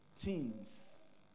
Teens